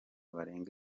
barenga